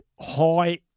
high